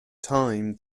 time